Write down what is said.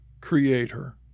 creator